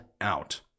out